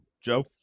Joe